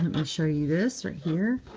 and show you this right here.